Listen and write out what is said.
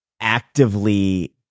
actively